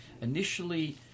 initially